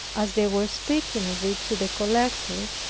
as they were speaking of it to the collector,